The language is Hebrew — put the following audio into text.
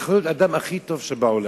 יכול להיות האדם הכי טוב שבעולם,